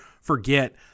forget